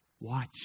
watch